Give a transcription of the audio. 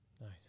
Nice